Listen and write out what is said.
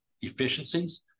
efficiencies